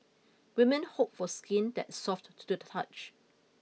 women hope for skin that soft to do the touch